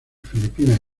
filipinas